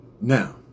Now